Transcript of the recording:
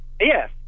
Yes